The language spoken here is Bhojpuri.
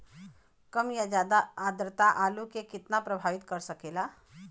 कम या ज्यादा आद्रता आलू के कितना प्रभावित कर सकेला?